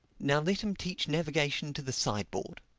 now let him teach navigation to the side-board.